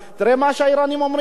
תראה מה שהאירנים אומרים,